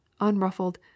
unruffled